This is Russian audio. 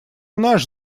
наш